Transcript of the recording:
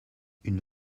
une